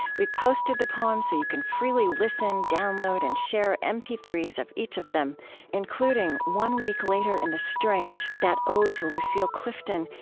we've posted the poems so you can freely listen, download, and share m p three s of each of them including one week later in the strange, that ode to lucille clifton,